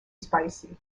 spicy